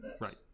Right